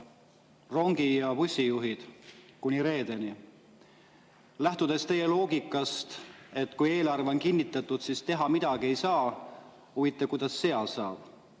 rongi- ja bussijuhid, kuni reedeni. Lähtudes teie loogikast, et kui eelarve on kinnitatud, siis midagi enam teha ei saa – huvitav, kuidas seal saab? Ja